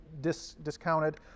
discounted